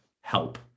help